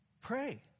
Pray